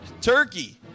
turkey